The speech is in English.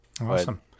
Awesome